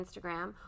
Instagram